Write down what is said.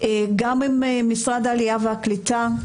גם עם משרד העלייה והקליטה,